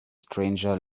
stranger